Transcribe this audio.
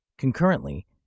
Concurrently